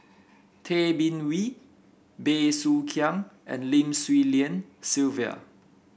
Tay Bin Wee Bey Soo Khiang and Lim Swee Lian Sylvia